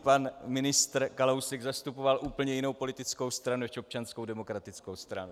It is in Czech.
Pan ministr Kalousek zastupoval úplně jinou politickou stranu než Občanskou demokratickou stranu.